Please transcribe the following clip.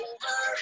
Over